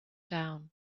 down